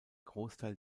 großteil